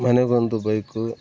ಮನೆಗೊಂದು bike